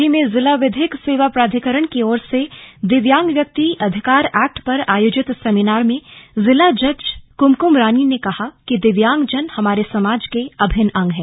टिहरी में जिला विधिक सेवा प्राधिकरण की ओर से दिव्यांग व्यक्ति अधिकार एक्ट पर आयोजित सेमिनार में जिला जज कुमकुम रानी ने कहा कि दिव्यांगजन हमारे समाज के अभिन्न अंग है